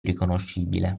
riconoscibile